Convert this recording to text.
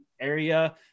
area